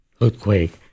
Earthquake